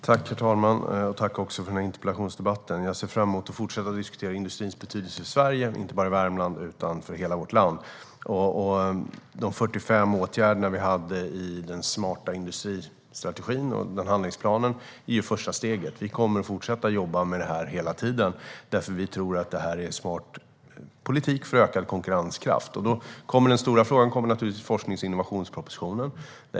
Herr talman! Jag tackar också för interpellationsdebatten. Jag ser fram emot att få fortsätta att diskutera industrins betydelse i Sverige, inte bara i Värmland utan för hela vårt land. De 45 åtgärderna i handlingsplanen för en smart industrialiseringsstrategi är första steget. Vi kommer att fortsätta att jobba med detta hela tiden. Vi tror att det är smart politik för ökad konkurrenskraft. Den stora frågan är naturligtvis när det kommer en forsknings och innovationsproposition.